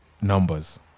numbers